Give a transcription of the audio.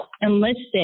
enlisted